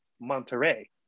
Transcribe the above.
Monterey